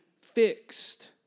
fixed